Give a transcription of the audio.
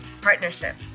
partnership